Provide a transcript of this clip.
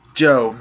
joe